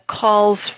calls